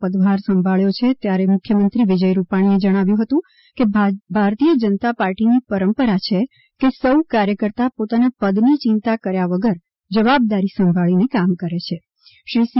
R પાટીલે આજે પોતનો પદભાર સંભાળ્યો છે ત્યારે મુખ્યમંત્રી વિજય રૂપાણીએ જણાવ્યું હતુ કે ભારતીય જનતા પાર્ટીની પરંપરા છે કે સૌ કાર્યકર્તા પોતાના પદની ચિંતા કર્યા વગર જવાબદારી સંભાળી કામ કરે છે શ્રી સી